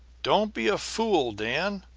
don't be a fool, dan.